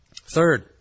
Third